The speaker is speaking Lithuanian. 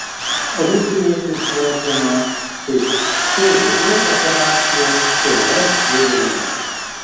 rusijoje tai suvokiama kaip cžv operacija su es vėliavėle